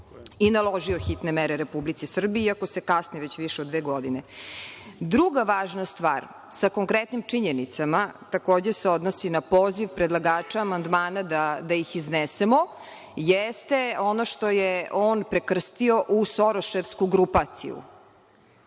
i naložio hitne mere Republici Srbiji, iako se kasni već više od dve godine. Druga važna stvar sa konkretnim činjenicama, takođe se odnosi na poziv predlagača amandmana da ih iznesemo, jeste ono što je on prekrstio u „soroševsku grupaciju“